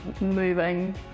moving